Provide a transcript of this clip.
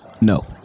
No